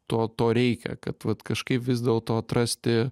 to to reikia kad vat kažkaip vis dėlto atrasti